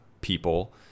people